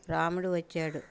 రాముడు వచ్చాడు